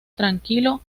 tranquilo